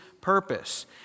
purpose